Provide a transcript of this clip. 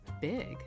big